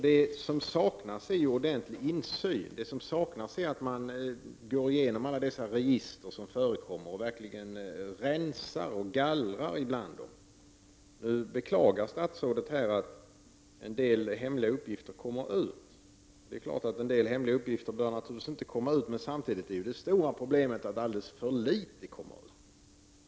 Det som saknas är en ordentlig insyn, att man går igenom alla dessa register som förekommer och verkligen rensar, gallrar bland dem. Nu beklagar statsrådet att en del hemliga uppgifter har kommit ut. Det är klart att en del hemliga uppgifter inte bör komma ut, men samtidigt är det stora problemet att alldeles för litet kommer ut.